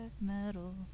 metal